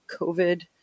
covid